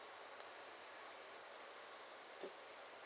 mm